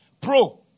Pro